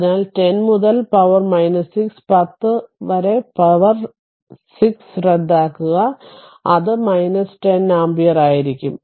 അതിനാൽ 10 മുതൽ പവർ 6 10 വരെ പവർ 6 റദ്ദാക്കുക അത് 10 ആമ്പിയർ ആയിരിക്കും